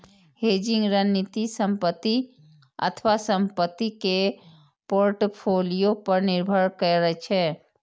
hedging रणनीति संपत्ति अथवा संपत्ति के पोर्टफोलियो पर निर्भर करै छै